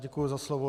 Děkuji za slovo.